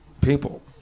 people